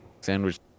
sandwich